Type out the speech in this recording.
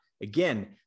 again